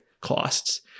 costs